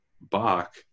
Bach